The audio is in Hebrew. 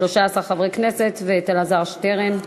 13 חברי כנסת, ואת אלעזר שטרן.